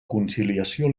conciliació